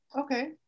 Okay